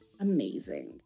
Amazing